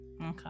Okay